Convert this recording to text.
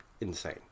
insane